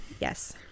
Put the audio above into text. Yes